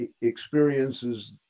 experiences